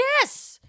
yes